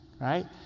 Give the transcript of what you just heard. right